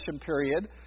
period